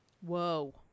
Whoa